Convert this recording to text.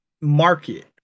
market